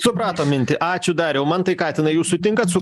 supratom mintį ačiū dariau mantai katinai jūs sutinkat su